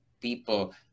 people